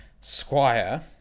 Squire